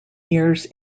years